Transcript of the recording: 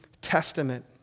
Testament